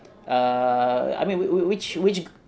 err I mean wh~ which which